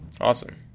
Awesome